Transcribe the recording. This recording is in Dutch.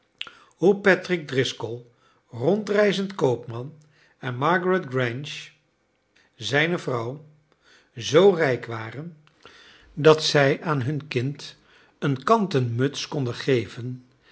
hoe patrick driscroll rondreizend koopman en margaret grange zijne vrouw zoo rijk waren dat zij aan hun kind een kanten muts konden geven